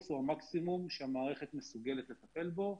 המקסימום שהמערכת מסוגלת לטפל בו,